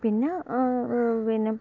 പിന്നെ പിന്നെ